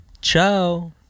Ciao